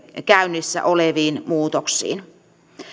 käynnissä oleviin muutoksiin